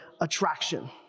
attraction